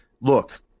look